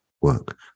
work